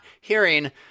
hearing